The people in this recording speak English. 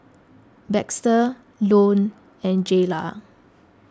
Baxter Lone and Jaylah